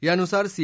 यानुसार सी